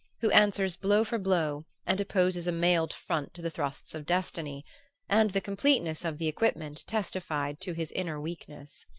who answers blow for blow and opposes a mailed front to the thrusts of destiny and the completeness of the equipment testified to his inner weakness.